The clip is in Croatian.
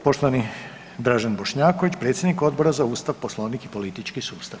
Poštovani Dražen Bošnjaković, predsjednik Odbora za ustav, poslovnik i politički sustav.